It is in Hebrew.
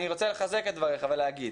אני נוטה לחזק את דבריך ולהגיד,